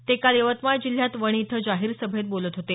ते काल यवतमाळ जिल्ह्यात वणी इथंजाहीर सभेत बोलत होते